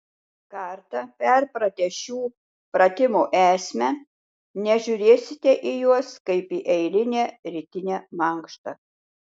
kartą perpratę šių pratimų esmę nežiūrėsite į juos kaip į eilinę rytinę mankštą